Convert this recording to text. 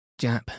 Jap